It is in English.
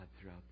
throughout